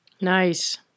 Nice